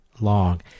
long